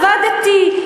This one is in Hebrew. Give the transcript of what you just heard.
אני עבדתי,